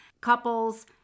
couples